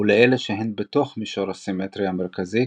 ולאלה שהן בתוך מישור הסימטריה המרכזי,